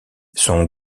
son